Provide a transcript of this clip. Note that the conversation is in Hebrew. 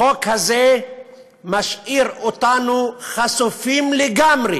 החוק הזה משאיר אותנו חשופים לגמרי